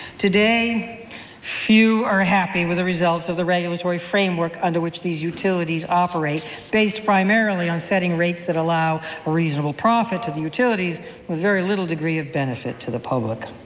today few are happy with the results of the regulatory framework under which these utilities operate, based primarily on setting rates that allow a reasonable profit to the utilities with little degree of benefit to the public.